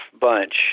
bunch